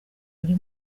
buri